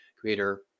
creator